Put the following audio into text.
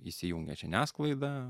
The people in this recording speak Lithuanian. įsijungia žiniasklaida